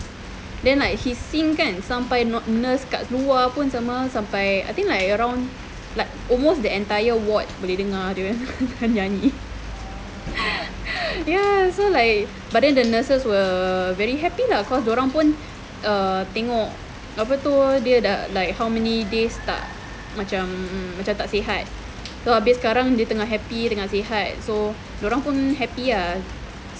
then like he sing kan sampai nurse kat luar semua sampai I think like around like almost the entire ward boleh dengar dia nyanyi ya so like but then the nurses were very happy lah cause dorang pun tengok apa tu dia dah how many days tak macam macam tak sihat so sekarang dia tengah happy dia tengah sihat so dorang pun happy ah